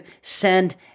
send